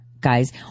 guys